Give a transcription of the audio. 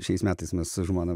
šiais metais mes su žmona